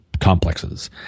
complexes